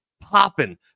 popping